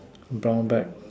brown bag